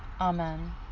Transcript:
Amen